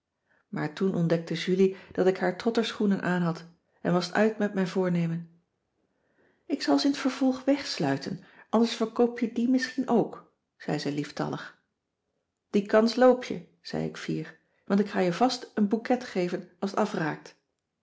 maar toen ontdekte julie dat ik haar trotterschoenen aanhad en was t uit met mijn voornemen ik zal ze in t vervolg wegsluiten anders verkoop je die misschien ook zei ze lieftallig die kans loop je zei ik fier want ik ga je vast een bouquet geven als t afraakt